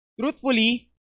truthfully